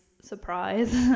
surprise